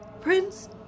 Prince